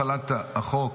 החלת החוק